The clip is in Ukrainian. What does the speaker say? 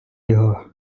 його